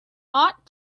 ought